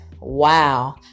wow